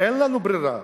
ואין לנו ברירה.